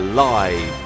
live